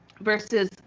versus